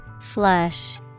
Flush